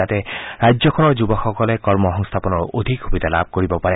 যাতে ৰাজ্যখনৰ যুৱকসকলে কৰ্মসংস্থাপনৰ অধিক সুবিধা লাভ কৰিব পাৰে